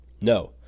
No